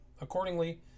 Accordingly